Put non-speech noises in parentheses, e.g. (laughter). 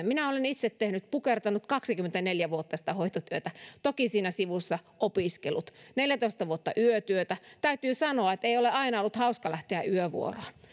(unintelligible) minä olen itse tehnyt pukertanut kaksikymmentäneljä vuotta sitä hoitotyötä toki siinä sivussa opiskellut neljätoista vuotta yötyötä täytyy sanoa että ei ole aina ollut hauska lähteä yövuoroon ja